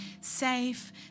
safe